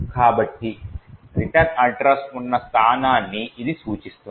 కాబట్టి return address ఉన్న స్థానాన్ని ఇది సూచిస్తుంది